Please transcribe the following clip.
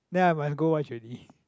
then I must go watch already